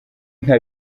nka